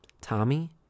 Tommy